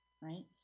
right